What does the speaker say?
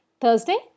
Thursday